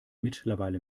mittlerweile